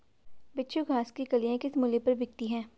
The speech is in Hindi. बिच्छू घास की कलियां किस मूल्य पर बिकती हैं?